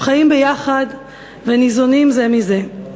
הם חיים ביחד וניזונים זה מזה.